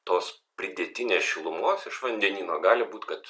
tos pridėtinės šilumos iš vandenyno gali būt kad